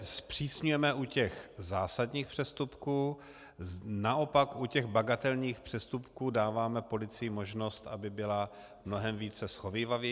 Zpřísňujeme u zásadních přestupků, naopak u těch bagatelních přestupků dáváme policii možnost, aby byla mnohem více shovívavá.